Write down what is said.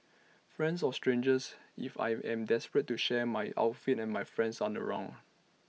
friends or strangers if I am desperate to share my outfit and my friends aren't around